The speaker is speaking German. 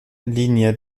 linie